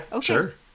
Sure